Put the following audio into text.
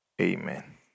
Amen